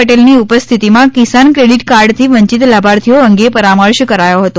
પટેલની ઉપસ્થિતિમાં કિસાન ક્રેડિટ કાર્ડથી વંચિત લાભાર્થીઓ અંગે પરામર્શ કરાયો હતો